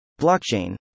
blockchain